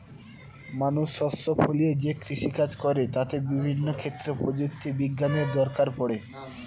মানুষ শস্য ফলিয়ে যে কৃষিকাজ করে তাতে বিভিন্ন ক্ষেত্রে প্রযুক্তি বিজ্ঞানের দরকার পড়ে